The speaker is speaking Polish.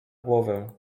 głowę